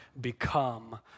become